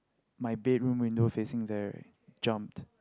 my bedroom window facing there jumped